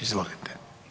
Izvolite.